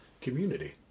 community